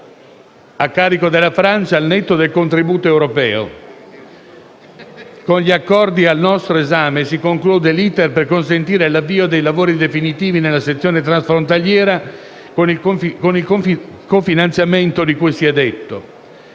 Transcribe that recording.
a carico della Francia, al netto del contributo europeo. Con gli accordi al nostro esame si conclude l'*iter* per consentire l'avvio dei lavori definitivi nella sezione transfrontaliera, con il cofinanziamento di cui si è detto.